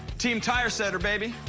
team tire setter, baby.